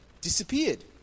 disappeared